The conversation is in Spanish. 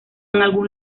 algún